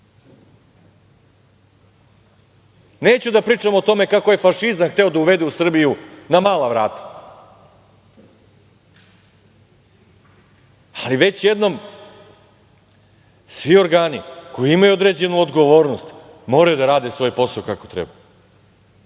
da pričam o tome kako je fašizam hteo da uvede u Srbiju na mala vrata, ali već jednom svi organi koji imaju određenu odgovornost moraju da rade svoj posao kako treba. Ne